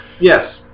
Yes